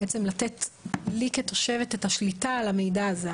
לתת לי כתושבת את השליטה על המידע הזה,